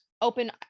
open